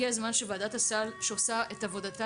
הגיע הזמן שוועדת הסל שעושה את עבודתה